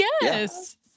Yes